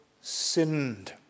sinned